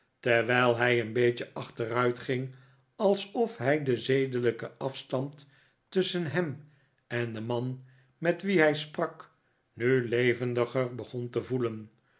terwijl hij een beetje achteruitging alsof hij den zedelijken afstand tusschen hem en den man met wien hij sprak nu levendiger begon te voelen